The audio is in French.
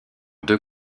deux